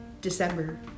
december